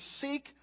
seek